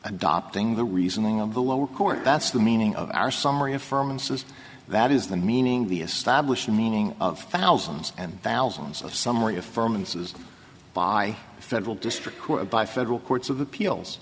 adopting the reasoning of the lower court that's the meaning of our summary affirm and says that is the meaning the established meaning of thousands and thousands of summary affirm and says by federal district court by federal courts of appeals